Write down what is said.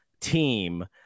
team